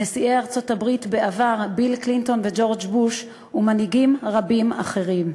נשיאי ארצות-הברית בעבר ביל קלינטון וג'ורג' בוש ומנהיגים רבים אחרים.